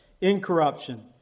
incorruption